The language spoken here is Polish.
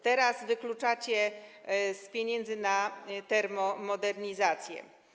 Teraz wykluczacie z pieniędzy na termomodernizację.